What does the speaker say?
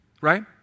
right